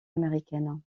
américaine